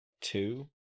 two